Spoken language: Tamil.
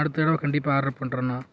அடுத்த தடவை கண்டிப்பாக ஆர்டர் பண்ணுறேண்ணா